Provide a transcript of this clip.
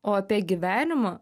o apie gyvenimą